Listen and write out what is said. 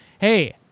Hey